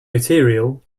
material